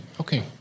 Okay